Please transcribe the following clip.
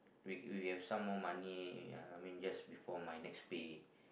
we we have some more money uh I mean just before my next pay